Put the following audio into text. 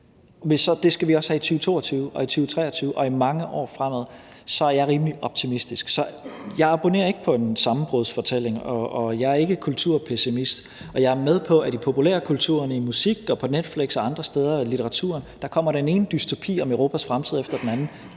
skal det også være i 2022 og i 2023 og i mange år fremover, og så er jeg rimelig optimistisk. Så jeg abonnerer ikke på en sammenbrudsfortælling, og jeg er ikke kulturpessimist. Jeg er med på, at i populærkulturen – i musik, på Netflix og andre steder, i litteraturen – kommer der den ene dystopi om Europas fremtid efter den anden.